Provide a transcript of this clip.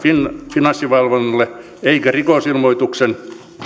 finanssivalvonnalle eikä rikosilmoituksen